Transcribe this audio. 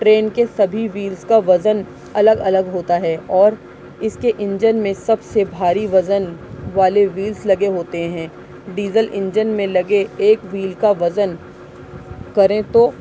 train کے سبھی wheels کا وزن الگ الگ ہوتا ہے اور اس کے انجن میں سب سے بھاری وزن والے ویلس لگے ہوتے ہیں ڈیزل انجن میں لگے ایک ویل کا وزن کریں تو